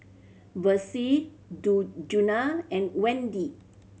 Versie Djuna and Wendi